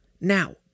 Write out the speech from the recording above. Now